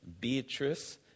Beatrice